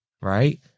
right